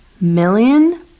million